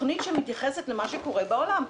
תוכנית שמתייחסת אל מה שקורה בעולם.